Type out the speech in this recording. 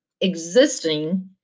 existing